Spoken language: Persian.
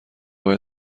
باید